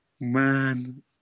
Man